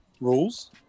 rules